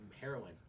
heroin